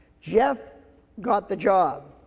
jeff got the job.